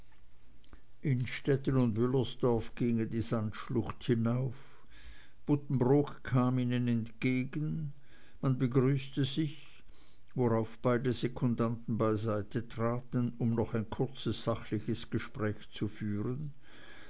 innstetten und wüllersdorf gingen die sandschlucht hinauf buddenbrook kam ihnen entgegen man begrüßte sich worauf beide sekundanten beiseite traten um noch ein kurzes sachliches gespräch zu führen